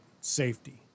safety